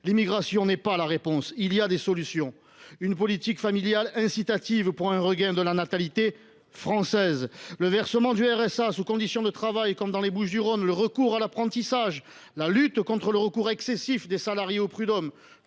L’immigration n’est pas la réponse. Il existe des solutions : une politique familiale incitative pour un regain de la natalité française, le versement du revenu de solidarité active (RSA) sous conditions de travail, comme dans les Bouches du Rhône, le recours à l’apprentissage, la lutte contre le recours excessif des salariés aux prud’hommes.